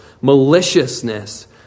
maliciousness